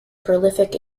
prolific